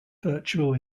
virtual